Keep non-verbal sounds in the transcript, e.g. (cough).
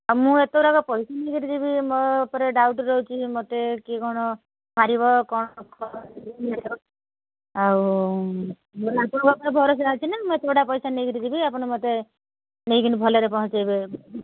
ମୁଁ ଏଥରକ (unintelligible) ମୋ ଉପରେ ଡାଉଟ୍ ରହୁଛି ମୋତେ କିଏ କ'ଣ ମାରିବ କ'ଣ (unintelligible) ଆଉ (unintelligible) ଭରସାରେ ଅଛି ନା ମୁଁ ଏତେଗୁଡ଼ା ପଇସା ନେଇ କରିଯିବି ଆପଣ ମୋତେ ନେଇକରି ଭଲରେ ପହଞ୍ଚାଇବେ